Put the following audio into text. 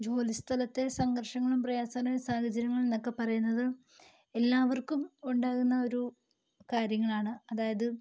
ജോലിസ്ഥലത്തെ സങ്കർഷങ്ങളും പ്രയാസം ഉണ്ടായ സാഹചര്യങ്ങൾ എന്നൊക്കെ പറയുന്നത് എല്ലാവർക്കും ഉണ്ടാകുന്ന ഒരു കാര്യങ്ങളാണ് അതായത്